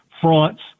fronts